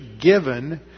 given